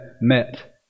met